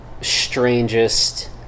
strangest